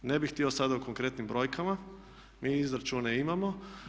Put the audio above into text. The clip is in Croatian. Ne bih htio sada o konkretnim brojkama, mi izračune imamo.